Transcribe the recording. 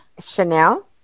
Chanel